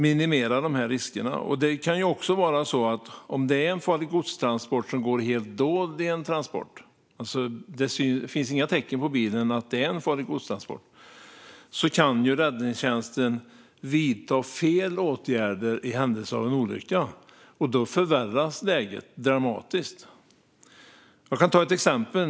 Om det är en transport med farligt gods som går helt dold - det finns inga tecken på bilen att det är en transport med farligt gods - kan räddningstjänsten vidta fel åtgärder i händelse av en olycka, och då förvärras läget dramatiskt. Låt mig ta ett exempel.